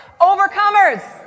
Overcomers